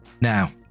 Now